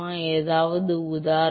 ஏதாவது உதாரணம்